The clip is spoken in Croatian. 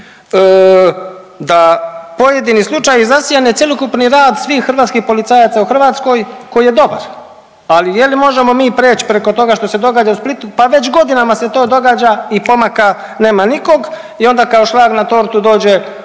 da pojedini slučajevi zasjene cjelokupni rad svih hrvatskih policajaca u Hrvatskoj koji je dobar, ali je li mi možemo preć preko toga što se događa u Splitu, pa već godinama se to događa i pomaka nema nikog i onda kao šlag na tortu dođe